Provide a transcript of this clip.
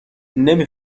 نمی